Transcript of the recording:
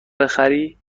بخری